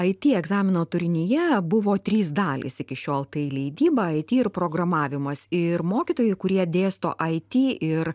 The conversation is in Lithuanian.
ai ty egzamino turinyje buvo trys dalys iki šiol tai leidyba ai ty ir programavimas ir mokytojai kurie dėsto ai ty ir